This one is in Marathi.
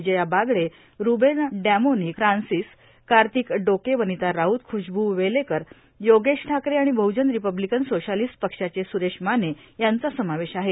Vijaya Bagde Ruben Dominic Francis Kartik Doke Vanita Raut Khushboo Belekar Yogesh Thackeray आणि बद्दजन रिपब्लिकन सोशालिस्ट पक्षाचे सुरेश माने यांचा समावेश आहे